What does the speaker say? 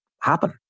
happen